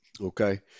Okay